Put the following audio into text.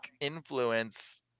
influence